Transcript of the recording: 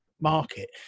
market